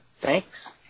Thanks